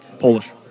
Polish